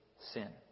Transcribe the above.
sin